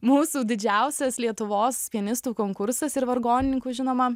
mūsų didžiausias lietuvos pianistų konkursas ir vargonininkų žinoma